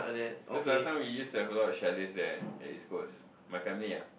cause last time we used to have a lot of chalets there at East-Coast my family ah